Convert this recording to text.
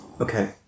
Okay